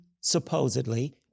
supposedly